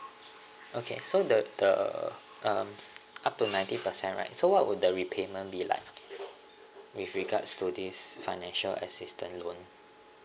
okay so that the uh up to ninety percent right so what would the repayment be like with regards to this financial assistant loan